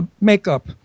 makeup